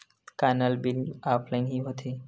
का नल bill offline हि होथे?